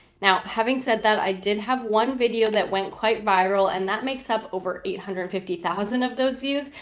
now having said that, i did have one video that went quite viral and that makes up over eight hundred and fifty thousand of those views.